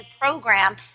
program